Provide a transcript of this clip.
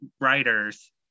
writers